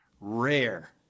rare